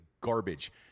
garbage